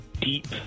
deep